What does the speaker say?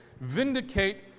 vindicate